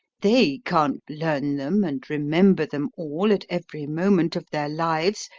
they can't learn them and remember them all at every moment of their lives,